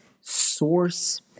source